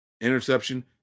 Interception